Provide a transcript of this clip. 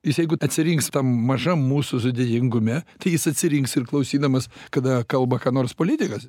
nes jeigu atsirinks mažam mūsų sudėtingume tai jis atsirinks ir klausydamas kada kalba ką nors politikas